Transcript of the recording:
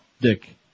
Dick